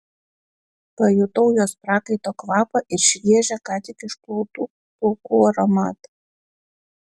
pajutau jos prakaito kvapą ir šviežią ką tik išplautų plaukų aromatą